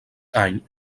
any